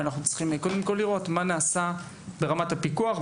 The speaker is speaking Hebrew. אנחנו צריכים לבדוק מה נעשה בתחום הפיקוח,